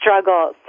struggle